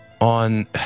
on